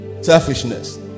Selfishness